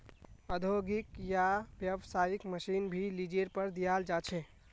औद्योगिक या व्यावसायिक मशीन भी लीजेर पर दियाल जा छे